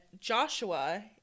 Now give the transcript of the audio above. Joshua